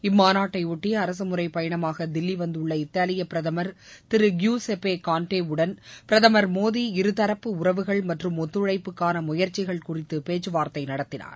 இம்மாநாட்டைபொட்டி அரசு முறைப்பயணமாக தில்லி வந்துள்ள இத்தூலிய பிரதமர் திரு கிஸ்ஸேப்பே கான்ட்டேவுடன் பிரதமர் மோடி இருதரப்பு உறவுகள் மற்றும் ஒத்துழைப்புக்கான முயற்சிகள் குறித்து பேச்சுவார்த்தை நடத்தினார்